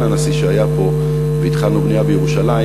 הנשיא שהיה פה והתחלנו בנייה בירושלים.